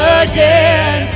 again